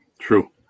True